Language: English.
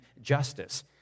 justice